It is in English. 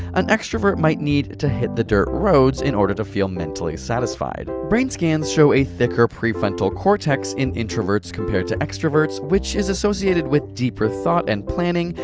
an extrovert might need to hit the dirt roads in order to feel mentally satisfied. brain scans show a thicker prefrontal cortex in introverts compared to extroverts, which is associated with deeper thought and planning,